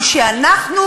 שאנחנו